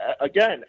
again